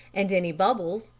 and any bubbles,